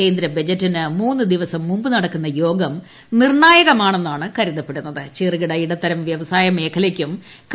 കേന്ദ്ര ബജറ്റിനു മൂന്നു ദിവസം മുമ്പ് നടക്കുന്ന് യോഗം നിർണായകമാണെന്നാണ് ചെറുകിട്ടി ഇടത്തരം വ്യവസായ മേഖലയ്ക്കും കരുതപ്പെടുന്നത്